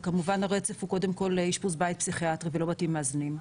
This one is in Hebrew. וכמובן הרצף הוא קודם כל אשפוז בית פסיכיאטרי ולא בתים מאזנים.